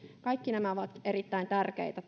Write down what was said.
kaikki nämä ovat erittäin tärkeitä